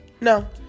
No